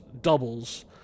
doubles